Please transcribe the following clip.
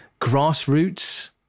grassroots